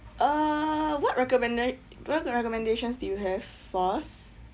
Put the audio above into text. uh what recommenda~ what recommendations do you have for us